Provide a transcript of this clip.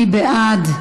מי בעד?